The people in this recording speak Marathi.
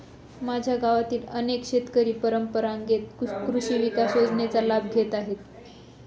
माझ्या गावातील अनेक शेतकरी परंपरेगत कृषी विकास योजनेचा लाभ घेत आहेत